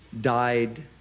died